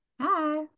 Hi